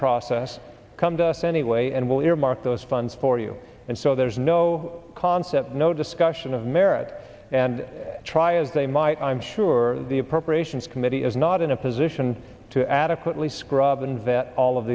process come to us anyway and we'll earmark those funds for you and so there's no concept no discussion of merit and try as they might i'm sure the appropriations committee is not in a position to adequately